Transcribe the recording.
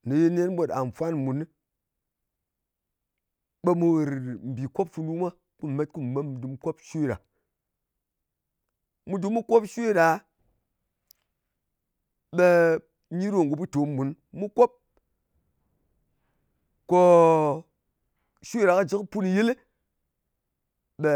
kòmèye nen ɓot àm nfwan munɨ, ɓe mu ghɨr mbì kop funu mwa, ko mù met ko mù met ko mu dɨm mu kop shwe ɗa. Mu dɨm mu kop shwe ɗa, ɓe nyi ɗo ngò butom mun. Mu ko shwe ɗa kɨ jɨ kɨ put nyɨlɨ, ɓe